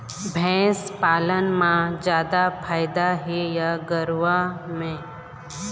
भंइस पालन म जादा फायदा हे या गरवा में?